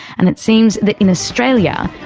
and it seems that in australia,